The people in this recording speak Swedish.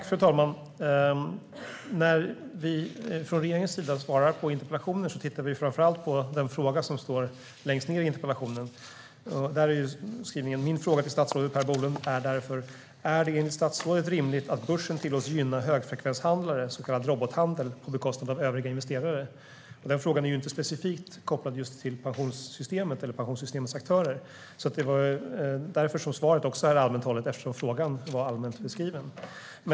Fru talman! När vi från regeringens sida svarar på interpellationer tittar vi framför allt på den fråga som står längst ned i interpellationen. Där är skrivningen: "Min fråga till statsrådet Per Bolund är därför: Är det enligt statsrådet rimligt att börsen tillåts gynna högfrekvenshandlare på bekostnad av övriga investerare?" Den frågan är inte specifikt kopplad till pensionssystemet eller pensionssystemets aktörer. Eftersom frågan var allmänt hållen är också svaret allmänt hållet.